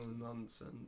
nonsense